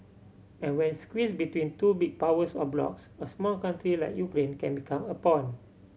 and when squeezed between two big powers or blocs a smaller country like Ukraine can became a pawn